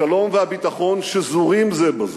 השלום והביטחון שזורים זה בזה,